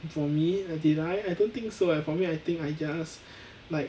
for me I did I I don't think so eh for me I think I just like